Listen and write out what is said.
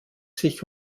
sich